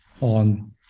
on